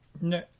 no